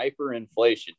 hyperinflation